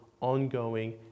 ongoing